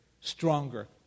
stronger